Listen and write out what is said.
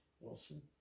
Wilson